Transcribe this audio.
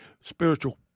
spiritual